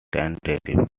tentative